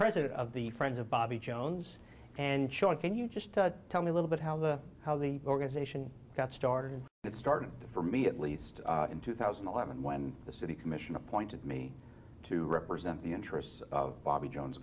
president of the friends of bobby jones and shawn can you just tell me a little bit how the how the organization got started and it started for me at least in two thousand and eleven when the city commission appointed me to represent the interests of bobby jones